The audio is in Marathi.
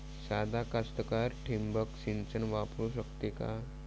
सादा कास्तकार ठिंबक सिंचन वापरू शकते का?